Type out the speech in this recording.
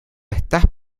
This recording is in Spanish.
estás